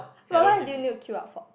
why why do you need to queue up for